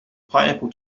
pineapple